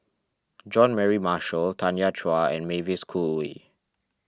Jean Mary Marshall Tanya Chua and Mavis Khoo Oei